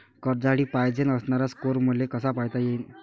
कर्जासाठी पायजेन असणारा स्कोर मले कसा पायता येईन?